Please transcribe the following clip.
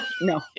no